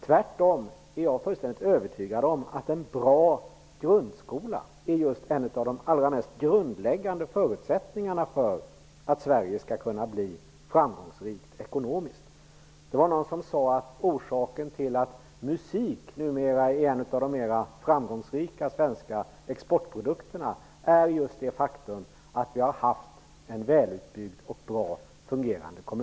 Tvärtom är jag fullständigt övertygad om att en bra grundskola är en av de allra mest grundläggande förutsättningarna för att Sverige skall kunna bli ekonomiskt framgångsrikt. Det var någon som sade att anledningen till att musik numera är en av de mera framgångsrika svenska exportpodukterna är det faktum att vi har haft en väl utbyggd och bra kommunal musikskola.